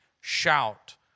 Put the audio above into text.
shout